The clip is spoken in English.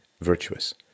virtuous